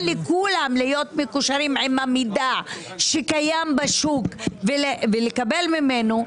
לכולם להיות מקושרים עם המידע שקיים בשוק ולקבל ממנו,